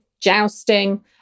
jousting